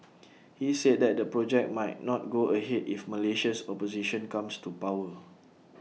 he said that the project might not go ahead if Malaysia's opposition comes to power